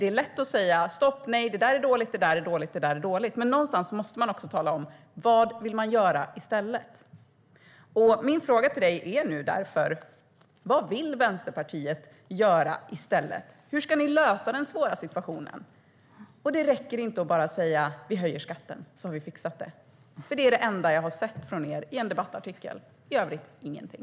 Det är lätt att säga: Stopp, nej - det där är dåligt, och det där är dåligt. Någonstans måste man dock tala om vad man vill göra i stället. Min fråga till dig är därför vad Vänsterpartiet vill göra i stället, Christina Höj Larsen. Hur ska ni lösa den svåra situationen? Det räcker inte att bara säga: Vi höjer skatten, så har vi fixat det. Det är det enda jag har sett från er, i en debattartikel. I övrigt - ingenting.